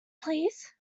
please